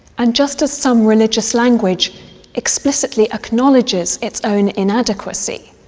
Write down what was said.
and just as some religious language explicitly acknowledges its own inadequacy,